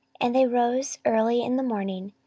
and they rose early in the morning,